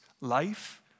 life